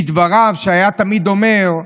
כדבריו שהיה תמיד אומר: